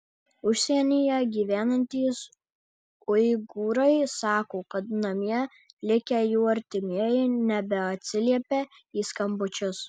užsienyje gyvenantys uigūrai sako kad namie likę jų artimieji nebeatsiliepia į skambučius